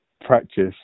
practice